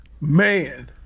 Man